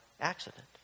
accident